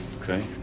Okay